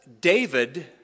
David